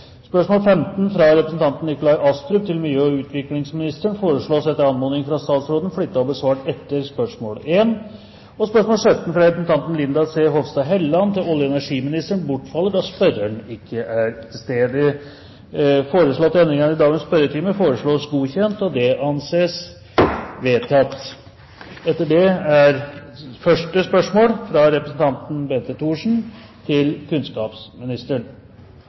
Spørsmål 15, fra representanten Nikolai Astrup til miljø- og utviklingsministeren, blir etter anmodning fra statsråden flyttet og besvart etter spørsmål 1. Spørsmål 17, fra representanten Linda C. Hofstad Helleland til olje- og energiministeren, bortfaller, da spørreren ikke er til stede. Vi går da til første spørsmål, fra representanten Bente Thorsen til kunnskapsministeren. «I ulike media er